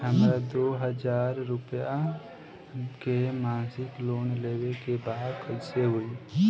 हमरा दो हज़ार रुपया के मासिक लोन लेवे के बा कइसे होई?